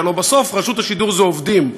כי הלוא בסוף רשות השידור זה עובדים.